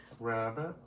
Rabbit